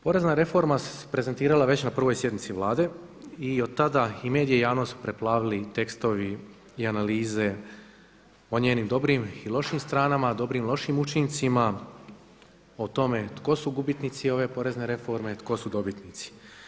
Porezna reforma se prezentirala već na prvoj sjednici Vlade i od tada su i medije i javnost preplavili tekstovi i analize o njenim dobrim i lošim stranama, dobrim i lošim učincima, o tome tko su gubitnici ove porezne reforme, tko su dobitnici.